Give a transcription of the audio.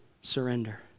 surrender